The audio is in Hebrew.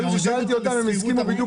אני שאלתי אותם והם הסכימו.